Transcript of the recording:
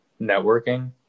networking